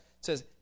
says